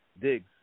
Diggs